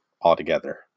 altogether